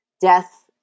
death